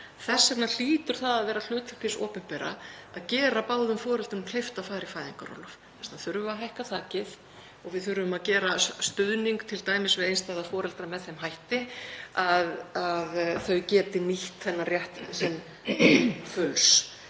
Þess vegna hlýtur það að vera hlutverk hins opinbera að gera báðum foreldrum kleift að fara í fæðingarorlof. Þess vegna þurfum við að hækka þakið og við þurfum að hafa stuðning við einstæða foreldra með þeim hætti að þau geti nýtt þennan rétt sinn til fulls.